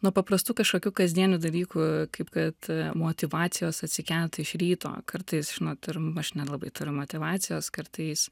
nuo paprastų kažkokių kasdienių dalykų kaip kad motyvacijos atsikelti iš ryto kartais žinot ir aš nelabai turiu motyvacijos kartais